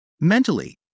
Mentally